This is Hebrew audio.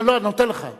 לא, אני נותן לך.